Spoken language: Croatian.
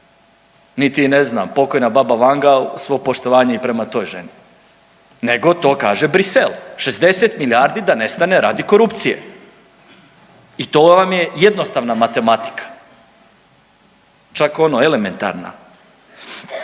niti pokojna baba Vanga uz svo poštovanje i prema toj ženi, nego to kaže Bruxelles 60 milijardi da nestane radi korupcije i to vam je jednostavna matematika, čak ono elementarna.